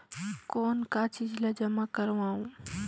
कौन का चीज ला जमा करवाओ?